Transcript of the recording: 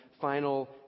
final